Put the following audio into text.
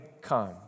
come